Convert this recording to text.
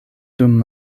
dum